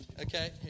okay